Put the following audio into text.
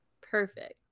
perfect